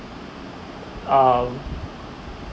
um